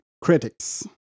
Critics